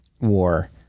war